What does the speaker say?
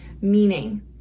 Meaning